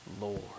Lord